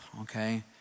okay